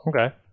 Okay